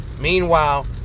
Meanwhile